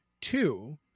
two